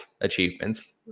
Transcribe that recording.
achievements